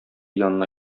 янына